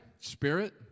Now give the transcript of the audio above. Spirit